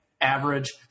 average